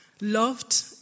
loved